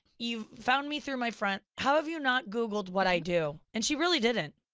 you've found me through my friend, how have you not googled what i do? and she really didn't.